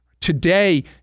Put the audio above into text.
today